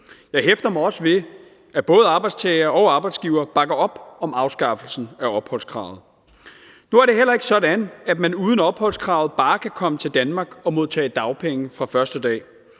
Jeg hæfter mig også ved, at både arbejdstagere og arbejdsgivere bakker op om afskaffelsen af opholdskravet. Nu er det heller ikke sådan, at man uden opholdskravet bare kan komme til Danmark og modtage dagpenge fra første dag.